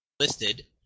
Listed